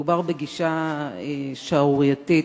מדובר בגישה שערורייתית,